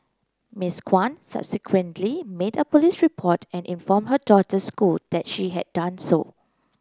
Miss Kwan subsequently made a police report and inform her daughter school that she had done so